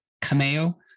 cameo